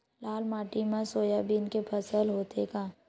लाल माटी मा सोयाबीन के फसल होथे का?